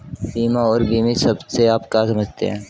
बीमा और बीमित शब्द से आप क्या समझते हैं?